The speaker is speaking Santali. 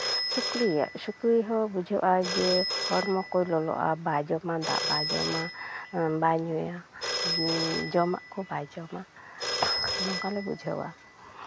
ᱥᱩᱠᱨᱤᱭᱟᱜ ᱥᱩᱠᱴᱤ ᱦᱚᱸ ᱵᱩᱡᱷᱟᱹᱜᱼᱟ ᱡᱮ ᱦᱚᱲᱢᱚ ᱠᱚᱭ ᱞᱚᱞᱚᱜᱼᱟ ᱵᱟᱭ ᱡᱚᱢᱟ ᱫᱟᱜ ᱵᱟᱭ ᱡᱚᱢᱟ ᱵᱟᱭ ᱧᱩᱭᱟ ᱡᱚᱢᱟᱜ ᱠᱚ ᱵᱟᱭ ᱡᱚᱢᱟ ᱱᱚᱝᱠᱟᱞᱮ ᱵᱩᱡᱷᱟᱹᱣᱟ